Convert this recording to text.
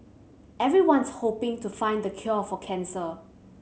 everyone's hoping to find the cure for cancer